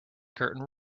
curtain